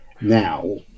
Now